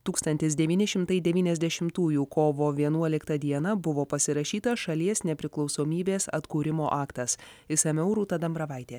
tūkstantis devyni šimtai devyniasdešimtųjų kovo vienuoliktą dieną buvo pasirašyta šalies nepriklausomybės atkūrimo aktas išsamiau rūta dambravaitė